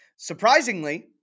Surprisingly